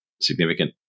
significant